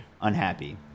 unhappy